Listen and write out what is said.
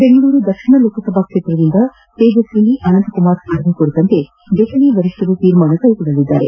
ಬೆಂಗಳೂರು ದಕ್ಷಿಣ ಲೋಕಸಭಾ ಕ್ಷೇತ್ರದಿಂದ ತೇಜಸ್ವಿನಿ ಅನಂತ್ ಕುಮಾರ್ ಸ್ಪರ್ಧೆ ಕುರಿತಂತೆ ದೆಹಲಿ ವರಿಷ್ಠರು ತೀರ್ಮಾನ ಕೈಗೊಳ್ಳಲಿದ್ದಾರೆ